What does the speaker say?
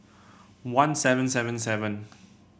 one seven seven seven